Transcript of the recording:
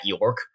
york